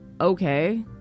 okay